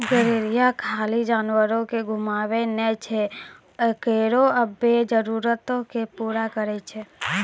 गरेरिया खाली जानवरो के घुमाबै नै छै ओकरो सभ्भे जरुरतो के पूरा करै छै